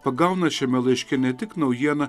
pagauna šiame laiške ne tik naujieną